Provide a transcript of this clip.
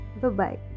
Bye-bye